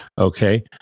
Okay